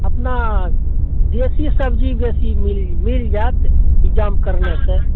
अपना देशी सब्जी बेसी मिल जायत इन्तजाम करने से